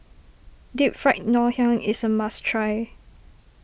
Deep Fried Ngoh Hiang is a must try